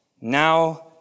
Now